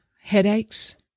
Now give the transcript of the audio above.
headaches